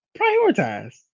prioritize